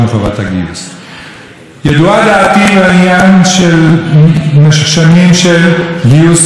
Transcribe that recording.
ידועה דעתי במשך שנים בעניין של גיוס חובה בכפייה לכל אזרח.